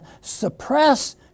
suppress